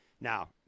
Now